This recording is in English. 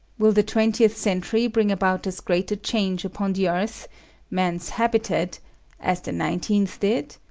will the twentieth century bring about as great a change upon the earth man's habitat as the nineteenth did?